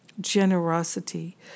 generosity